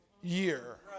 year